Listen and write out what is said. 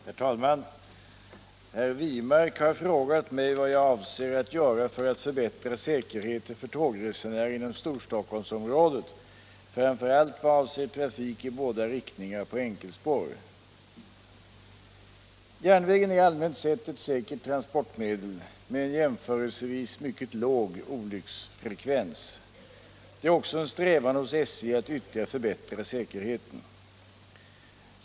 Herr talman! Herr Wirmark har frågat mig vad jag avser att göra för att förbättra säkerheten för tågresenärerna inom Storstockholmsområdet, framför allt vad avser trafik i båda riktningarna på enkelspår. Järnvägen är allmänt sett ett säkert transportmedel med en jämförelsevis mycket låg olycksfrekvens. Det är också en strävan hos SJ att ytterligare förbättra säkerheten.